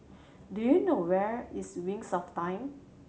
do you know where is Wings of Time